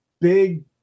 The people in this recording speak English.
big